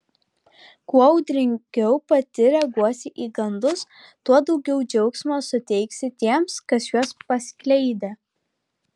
kuo audringiau pati reaguosi į gandus tuo daugiau džiaugsmo suteiksi tiems kas juos paskleidė